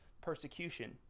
persecution